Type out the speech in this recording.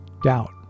doubt